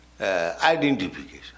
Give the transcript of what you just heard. identification